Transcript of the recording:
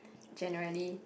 generally